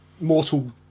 mortal